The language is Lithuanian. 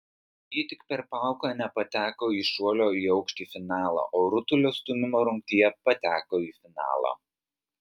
ji tik per plauką nepateko į šuolio į aukštį finalą o rutulio stūmimo rungtyje pateko į finalą